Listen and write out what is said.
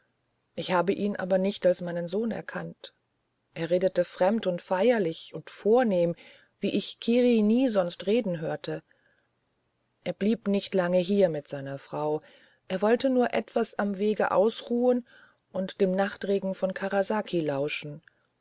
ich habe ihn aber nicht als meinen sohn erkannt er redete fremd und feierlich und vornehm wie ich kiri nie sonst reden hörte er blieb nicht lange hier mit seiner frau er wollte nur etwas am wege ausruhen und dem nachtregen von karasaki lauschen